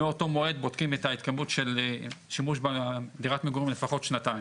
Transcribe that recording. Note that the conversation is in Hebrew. מאותו מועד בודקים את ההתקיימות של שימוש בדירת המגורים לפחות שנתיים.